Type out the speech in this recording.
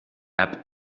app